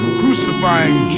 crucifying